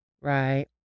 Right